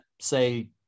Say